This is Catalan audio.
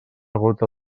gota